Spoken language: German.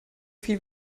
viel